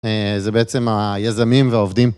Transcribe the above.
זה בעצם היזמים והעובדים.